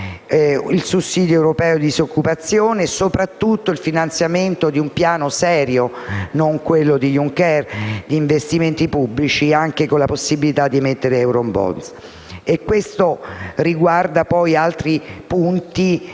un sussidio europeo di disoccupazione e, soprattutto, il finanziamento di un piano serio - e non quello di Juncker - di investimenti pubblici, anche con la possibilità di emettere eurobond. La citata risoluzione